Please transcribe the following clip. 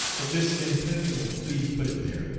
but this impenetrable plebe put it there,